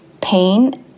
pain